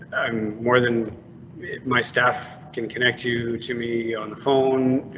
i'm more than my staff can connect you to me on the phone.